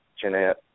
Jeanette